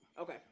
Okay